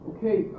Okay